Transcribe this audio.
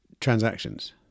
transactions